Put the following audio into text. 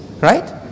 right